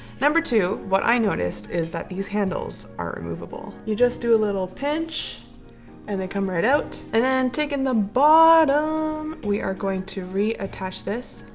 number two. what i noticed is that these handles are removable you just do a little pinch and they come right out and then taking the bottom. we are going to reattach this.